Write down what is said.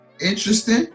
interesting